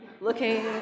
looking